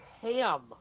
ham